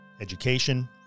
education